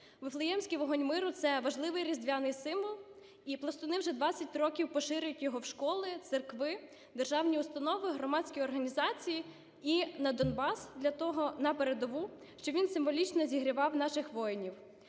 Вифлеємський вогонь миру – це важливий різдвяний символ, і пластуни вже 20 років поширюють його в школи, церкви, державні установи, громадські організації і на Донбас для того… на передову, щоб він символічно зігрівав наших воїнів.